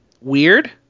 Weird